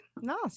Nice